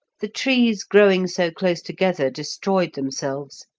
the trees growing so close together destroyed themselves,